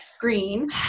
Green